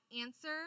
answer